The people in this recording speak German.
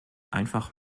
einfach